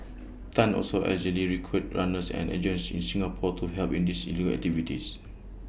Tan also allegedly recruited runners and agents in Singapore to help in these illegal activities